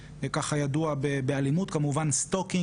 זה כמובן איומים,